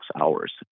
hours